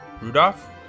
Rudolph